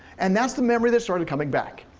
and that's the memory that started coming back.